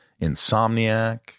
Insomniac